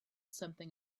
something